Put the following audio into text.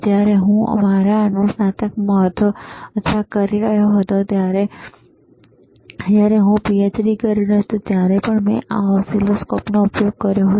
જ્યારે હું મારા અનુસ્નાતકમાં હતો અથવા કરી રહ્યો હતો અથવા જ્યારે હું મારું પીએચડી કરી રહ્યો હતો ત્યારે પણ મેં આ ઓસિલોસ્કોપનો ઉપયોગ કર્યો હતો